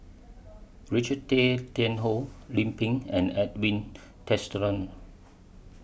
Richard Tay Tian Hoe Lim Pin and Edwin Tessensohn